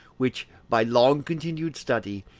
which, by long-continued study,